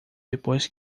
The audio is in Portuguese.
depois